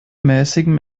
mäßigem